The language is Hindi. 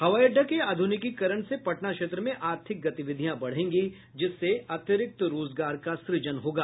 हवाई अड्डा के आध्र्निकीकरण से पटना क्षेत्र में आर्थिक गतिविधियां बढ़ेगी जिससे अतिरिक्त रोजगार का सुजन होगा